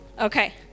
Okay